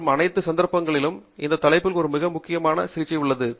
மற்றும் அனைத்து சந்தர்ப்பங்களிலும் இந்த தலைப்புகள் ஒரு மிகவும் விரிவான சிகிச்சை உள்ளது